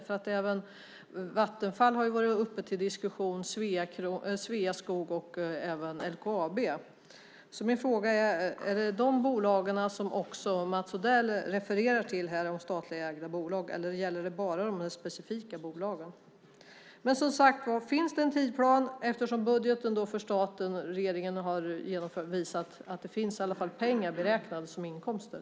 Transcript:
Vattenfall, Sveaskog och även LKAB har varit uppe till diskussion. Är det de bolagen som också Mats Odell refererar till här om statligt ägda bolag, eller gäller det bara de specifika bolagen? Finns det en tidsplan? Budgeten för staten har visat att det i varje fall finns pengar beräknade som inkomster.